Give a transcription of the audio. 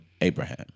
Abraham